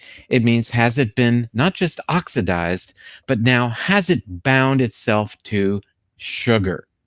it means has it been not just oxidized but now has it bound itself to sugar?